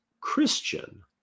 Christian